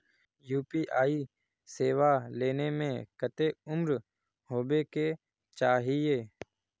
UPI सेवा ले में कते उम्र होबे के चाहिए?